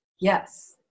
Yes